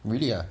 really ah